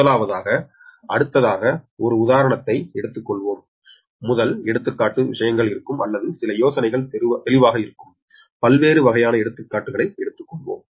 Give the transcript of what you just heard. முதலாவதாக அடுத்ததாக ஒரு உதாரணத்தை எடுத்துக்கொள்வோம் முதல் எடுத்துக்காட்டு விஷயங்கள் இருக்கும் அல்லது சில யோசனைகள் தெளிவாக இருக்கும் பல்வேறு வகையான எடுத்துக்காட்டுகளை எடுத்துக்கொள்வோம்